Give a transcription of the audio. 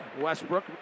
Westbrook